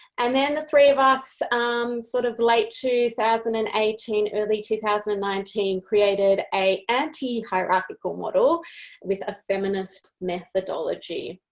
and then the three of us sort of late two thousand and eighteen, early two thousand and nineteen created an anti-hierarchal model with a feminist methodology.